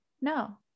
no